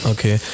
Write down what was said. Okay